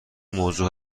موضوع